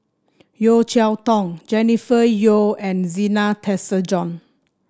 Yeo Cheow Tong Jennifer Yeo and Zena Tessensohn